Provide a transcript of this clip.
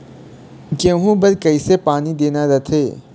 गेहूं बर कइसे पानी देना रथे?